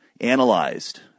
analyzed